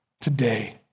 today